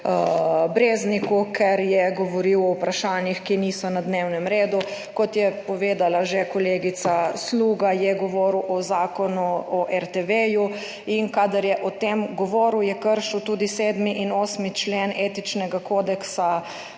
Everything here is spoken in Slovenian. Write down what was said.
Brezniku, ker je govoril o vprašanjih, ki niso na dnevnem redu, kot je povedala že kolegica Sluga, je govoril o Zakonu o RTV in kadar je o tem govoril je kršil tudi 7. in 8. člen etičnega kodeksa